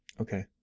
Okay